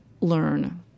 learn